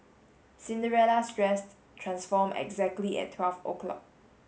Cinderella's dress transformed exactly at twelve o'clock